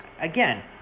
again